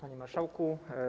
Panie Marszałku!